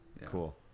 Cool